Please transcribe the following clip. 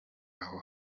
aho